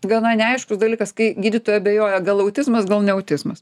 gana neaiškus dalykas kai gydytojai abejoja gal autizmas gal ne autizmas